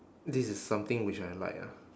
this is something which I like ah